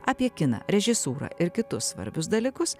apie kiną režisūrą ir kitus svarbius dalykus